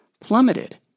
plummeted